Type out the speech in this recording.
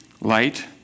Light